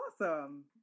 awesome